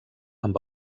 amb